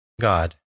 God